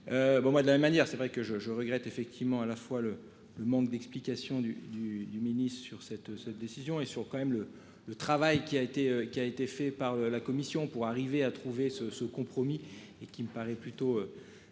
de la manière, c'est vrai que je, je regrette effectivement à la fois le le manque d'explications du du du mini-sur cette, cette décision est sur quand même le le travail qui a été qui a été fait par la commission pour arriver à trouver ce ce compromis et qui me paraît plutôt.